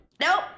Nope